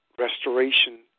restoration